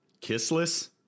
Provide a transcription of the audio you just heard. Kissless